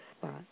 spot